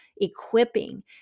equipping